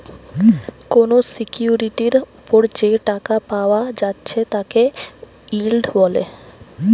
কোনো সিকিউরিটির উপর যে টাকা পায়া যাচ্ছে তাকে ইল্ড বলে